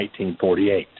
1948